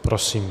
Prosím.